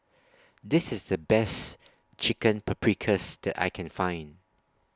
This IS The Best Chicken Paprikas that I Can Find